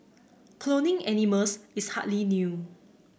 cloning animals is hardly new